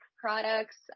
products